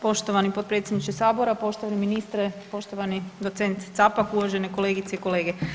Poštovani potpredsjedniče Sabora, poštovani ministre, poštovani docent Capak, uvažene kolegice i kolege.